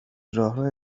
راهرو